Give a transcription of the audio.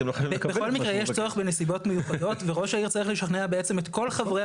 בכל מקרה יש צורך בנסיבות מיוחדות וראש העיר צריך לשכנע את כל חברי